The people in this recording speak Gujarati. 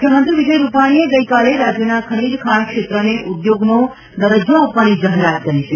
મુખ્યમંત્રી વિજય રૂપાણીએ ગઇકાલે રાજ્યના ખનીજ ખાણ ક્ષેત્રને ઉદ્યોગનો દરજ્જો આપવાની જાહેરાત કરી છે